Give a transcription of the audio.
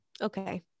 okay